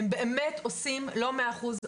הם באמת עושים לא מאה אחוז,